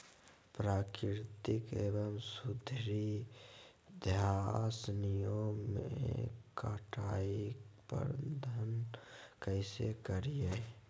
प्राकृतिक एवं सुधरी घासनियों में कटाई प्रबन्ध कैसे करीये?